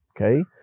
Okay